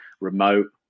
remote